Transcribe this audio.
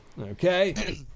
Okay